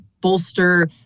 bolster